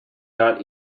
not